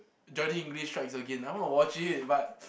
Johnny English Strikes Again I want to watch it but